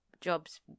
jobs